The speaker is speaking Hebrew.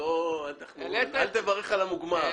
אל תברך על המוגמר.